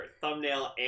thumbnail